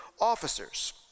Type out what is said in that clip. officers